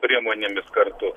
priemonėmis kartu